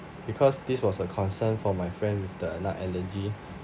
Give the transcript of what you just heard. because this was a concern for my friend with the nut allergy